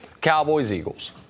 Cowboys-Eagles